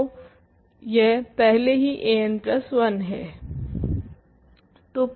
तो यह पहले ही an प्लस 1 है